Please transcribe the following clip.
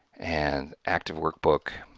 and active workbook